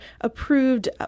approved